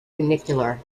funicular